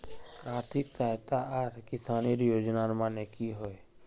आर्थिक सहायता आर किसानेर योजना माने की होय?